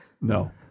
No